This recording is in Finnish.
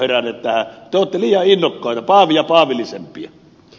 te olette liian innokkaita paavia paavillisempia